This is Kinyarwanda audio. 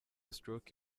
stroke